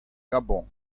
gabon